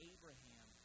Abraham